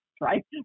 right